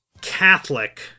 Catholic